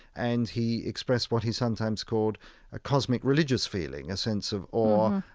and he expressed what he sometimes called a cosmic religious feeling, a sense of awe,